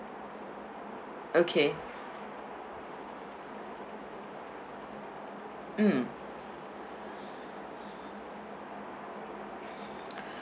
okay mm